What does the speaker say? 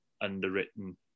underwritten